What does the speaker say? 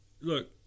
Look